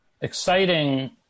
exciting